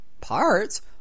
Parts